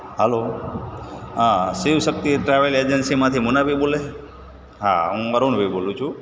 હાલો Shivshakti travel એજન્સીમાંથી મુન્નાભઈ બોલે છે હા હું અરૂણભઈ બોલું છું